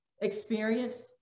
experience